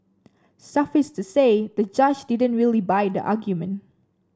suffice to say the judge didn't really buy the argument